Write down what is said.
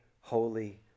holy